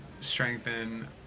strengthen